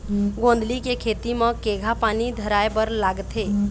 गोंदली के खेती म केघा पानी धराए बर लागथे?